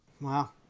wow